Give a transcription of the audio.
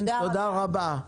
תודה רבה.